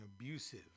abusive